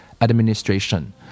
administration